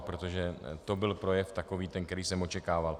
Protože to byl projev takový, který jsem očekával.